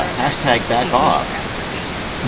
hashtag back off. transportations.